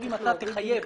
אם אתה תחייב